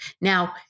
Now